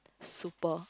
super